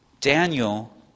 Daniel